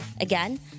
Again